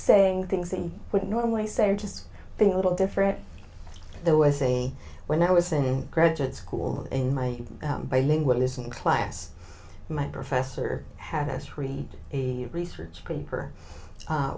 saying things that you would normally say are just being a little different there was say when i was in graduate school in my bilingualism class my professor had us read a research paper